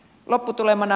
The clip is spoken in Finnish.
lopputulemana